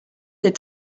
est